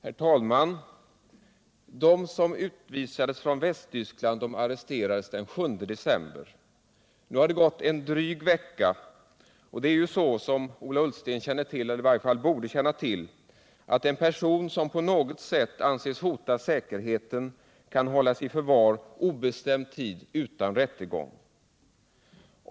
Herr talman! De som utvisades från Västtyskland arresterades den 7 december. Nu har det gått en dryg vecka. Det är ju som Ola Ullsten känner till, eller i varje fall borde känna till, så att en person som på något sätt anses hota säkerheten kan hållas i förvar obestämd tid utan rättegång.